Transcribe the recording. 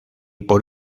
por